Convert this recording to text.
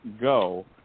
go